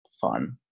fun